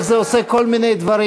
איך זה עושה כל מיני דברים,